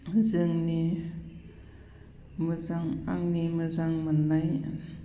जोंनि मोजां आंनि मोजां मोननाय